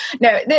No